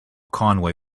conway